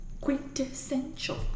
quintessential